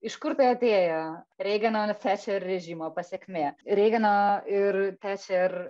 iš kur tai atėjo reigano ir tečer režimo pasekmė reigano ir tečer